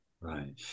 right